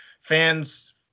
fans